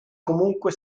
comunque